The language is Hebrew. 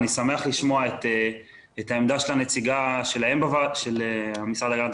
אני שמח לשמוע את העמדה של הנציגה של המשרד להגנת